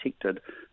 protected